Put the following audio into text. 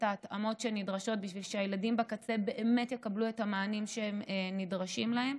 ההתאמות הנדרשות בשביל שהילדים בקצה באמת יקבלו את המענים שנדרשים להם.